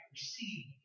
Receive